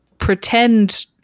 pretend